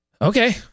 okay